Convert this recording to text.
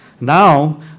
Now